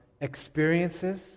experiences